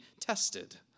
tested